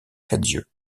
cadieux